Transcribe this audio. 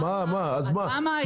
אז מה?